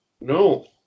no